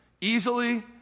easily